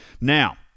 Now